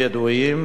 פומביים,